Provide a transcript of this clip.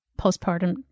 postpartum